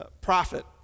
prophet